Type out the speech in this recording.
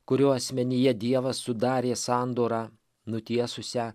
kurio asmenyje dievas sudarė sandorą nutiesusią